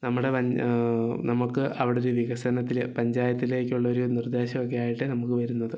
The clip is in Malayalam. നമ്മുടെ നമുക്ക് അവിടെ ഒരു വികസനത്തിൽ പഞ്ചായത്തിലേക്കുള്ളൊരു നിർദ്ദേശമൊക്കെ ആയിട്ട് നമുക്ക് വരുന്നത്